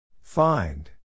Find